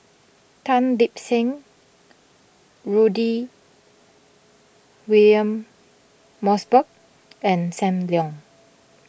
Tan Lip Seng Rudy William Mosbergen and Sam Leong